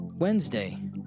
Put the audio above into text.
Wednesday